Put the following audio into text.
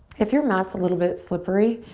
if your mat's a little bit slippery,